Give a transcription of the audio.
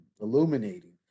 illuminating